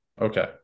Okay